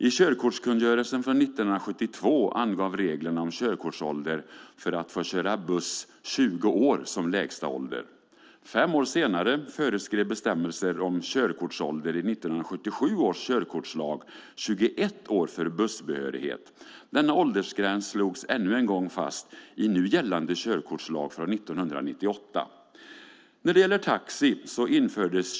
I körkortskungörelsen från 1972 angav reglerna om körkortsålder 20 år som lägsta ålder för att få köra buss. Fem år senare föreskrev bestämmelser om körkortsålder i 1977 års körkortslag 21 år för bussbehörighet. Denna åldersgräns slogs fast ännu en gång i nu gällande körkortslag från 1998.